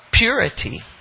purity